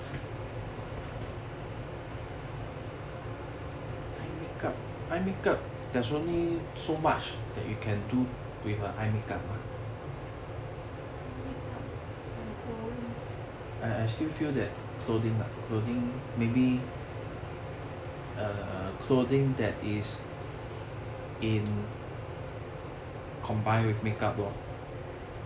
eye makeup and clothing